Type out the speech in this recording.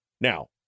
Now